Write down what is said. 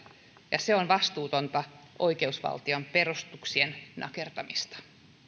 ja se on vastuutonta oikeusvaltion perustuksien nakertamista